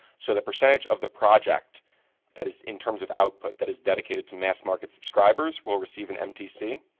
so the percentage of the project that is in terms of output that is dedicated to mass market subscribers will receive an mtc.